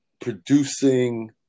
producing